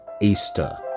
Easter